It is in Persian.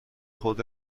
خود